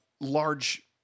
large